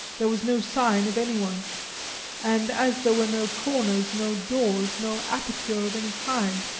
there was no sign of any one and as there were no corners, no doors, no aperture of any kind,